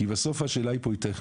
כי בסוף השאלה פה היא טכנית,